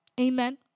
Amen